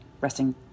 Resting